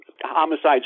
homicides